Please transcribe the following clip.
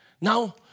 Now